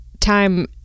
Time